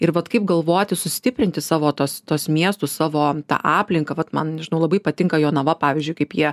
ir vat kaip galvoti sustiprinti savo tuos tuos miestus savo tą aplinką vat man nežinau labai patinka jonava pavyzdžiui kaip jie